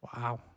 Wow